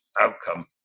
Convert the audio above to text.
outcome